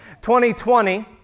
2020